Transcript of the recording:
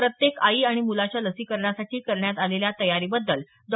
प्रत्येक आई आणि मुलाच्या लसीकरणासाठी करण्यात आलेल्या तयारीबद्दल डॉ